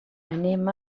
anem